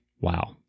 wow